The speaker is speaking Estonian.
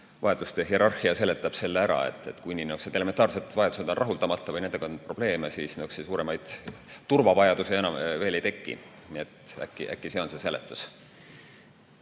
vajaduste hierarhia seletab selle ära, et kuni elementaarsed vajadused on rahuldamata või nendega on probleeme, siis suuremaid turvavajadusi veel ei teki. Nii et äkki see on see seletus.